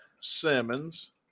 simmons